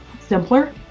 simpler